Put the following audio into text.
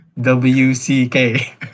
W-C-K